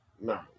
No